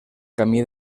camí